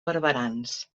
barberans